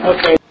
Okay